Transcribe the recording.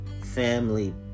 family